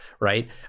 right